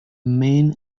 main